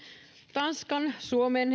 tanskan suomen